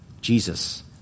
Jesus